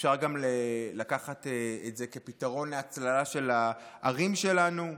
אפשר גם לקחת את זה כפתרון להצללה של הערים שלנו.